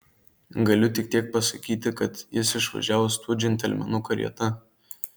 galiu tik tiek pasakyti kad jis išvažiavo su tuo džentelmenu karieta